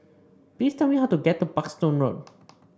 please tell me how to get to Parkstone Road